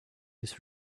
his